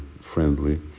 friendly